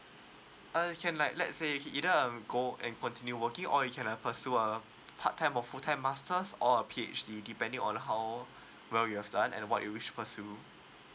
uh you can like let say either um go and continue working or you can uh pursue uh part time or full time masters or a P_H_D depending on how well you have done and what you wish to pursue